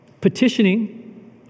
petitioning